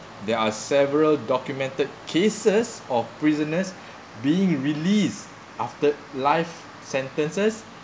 there are several documented cases of prisoners being released after life sentences